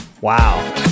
Wow